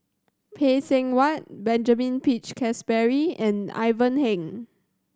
Phay Seng Whatt Benjamin Peach Keasberry and Ivan Heng